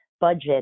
budget